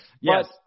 Yes